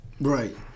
Right